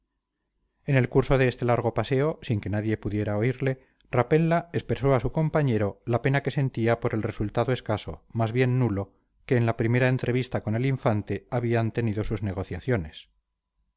en el curso de este largo paseo sin que nadie pudiera oírle rapella expresó a su compañero la pena que sentía por el resultado escaso más bien nulo que en la primera entrevista con el infante habían tenido sus negociaciones